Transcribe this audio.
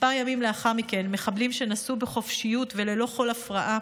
כמה ימים לאחר מכן מחבלים שנסעו בחופשיות וללא כל הפרעה